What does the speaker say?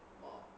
orh